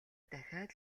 дахиад